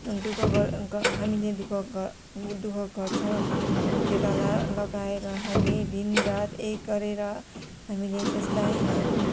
दु ख गर हामीले दु ख ग दु ख गर्छौँ खेताला लगाएर हामी दिन रात एक गरेर हामीले त्यसलाई